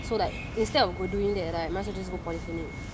so like instead of doing there right I might as well just go polyclinic